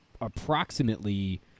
approximately